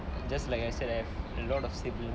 just like I said I have a lot of sibling